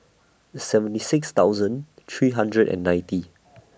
seventy six thousand three hundred and ninety